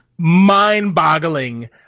mind-boggling